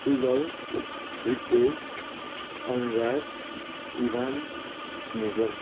Sujal Ritesh Anurag Ibhan Nissl